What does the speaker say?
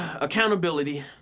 Accountability